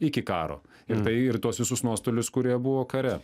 iki karo ir tai ir tuos visus nuostolius kurie buvo kare